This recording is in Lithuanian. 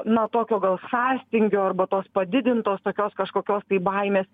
na tokio gal sąstingio arba tos padidintos tokios kažkokios tai baimės